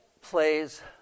plays